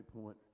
point